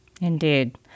Indeed